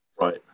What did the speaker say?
Right